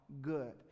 good